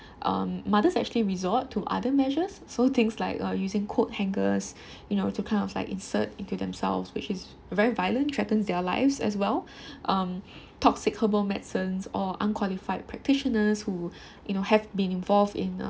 um mothers actually resort to other measures so things like uh using coat hangers you know to kind of like insert into themselves which is very violent threatens their lives as well um toxic herbal medicine or unqualified practitioners who you know have been involved in uh